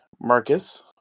Marcus